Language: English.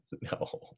No